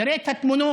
תראה את התמונות.